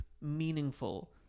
meaningful